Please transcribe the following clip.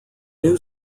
new